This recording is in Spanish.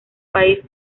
país